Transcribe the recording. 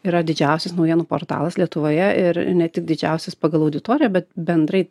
yra didžiausias naujienų portalas lietuvoje ir ne tik didžiausias pagal auditoriją bet bendrai